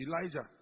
Elijah